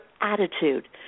attitude